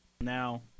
Now